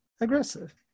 aggressive